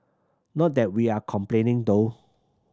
not that we are complaining though